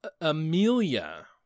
Amelia